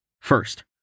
First